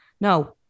no